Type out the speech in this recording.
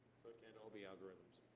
can't all be algorithms.